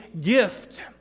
gift